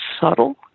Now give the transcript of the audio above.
subtle